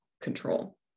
control